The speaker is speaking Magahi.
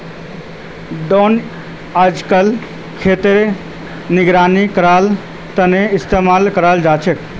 ड्रोन अइजकाल खेतेर निगरानी करवार तने इस्तेमाल कराल जाछेक